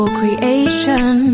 creation